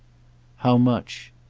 how much.